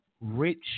rich